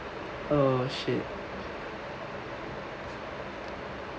oh shit